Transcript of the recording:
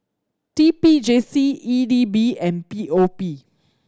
T P J C E D B and P O P